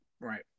Right